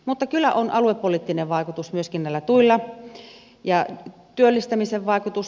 mutta kyllä on aluepoliittinen vaikutus myöskin näillä tuilla ja työllistämisen vaikutus